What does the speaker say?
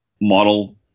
model